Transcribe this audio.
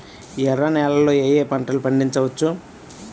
ఎర్ర నేలలలో ఏయే పంటలు పండించవచ్చు?